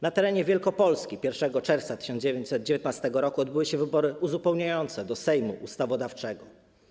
Na terenie Wielkopolski 1 czerwca 1919 r. odbyły się wybory uzupełniające do Sejmu ustawodawczego.